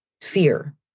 fear